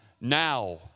now